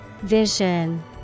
Vision